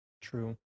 True